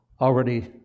already